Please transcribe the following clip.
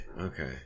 Okay